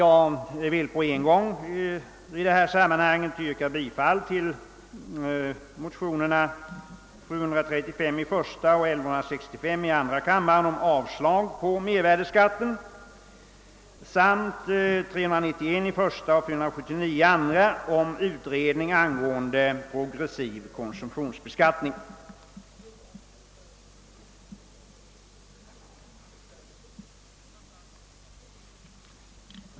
Jag vill på en gång i detta sammanhang yrka bifall dels till de likalydande motionerna I1:935 och II: 1165 om avslag på propositionen om mervärdeskatten, dels till de likalydande motionerna I: 391 och II: 479 om utredning angående progressiv konsumtionsbeskattning.